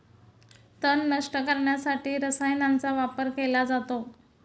तण नष्ट करण्यासाठी रसायनांचा वापर केला जातो